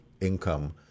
income